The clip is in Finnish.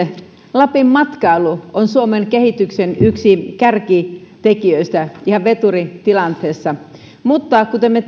lapin matkailu on suomen kehityksen yksi kärkitekijöistä ihan veturi tilanteessa mutta kuten me